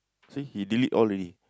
see he delete all already